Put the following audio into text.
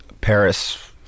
Paris